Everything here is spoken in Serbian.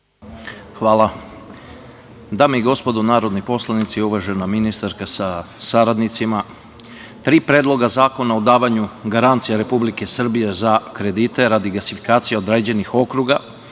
Hvala. Dame i gospodo narodni poslanici, uvažena ministarka sa saradnicima, tri predloga zakona o davanju garancije Republike Srbije za kredite radi gasifikacije određenih okruga,